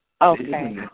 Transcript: Okay